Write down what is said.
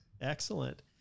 Excellent